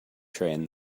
train